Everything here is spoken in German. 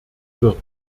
wird